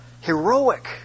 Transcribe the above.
Heroic